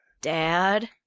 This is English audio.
Dad